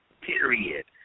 Period